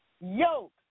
Yoke